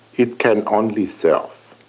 it can only so